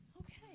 Okay